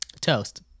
toast